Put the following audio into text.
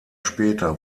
später